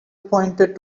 pointed